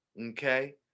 okay